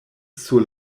sur